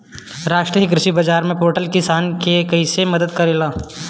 राष्ट्रीय कृषि बाजार पोर्टल किसान के कइसे मदद करेला?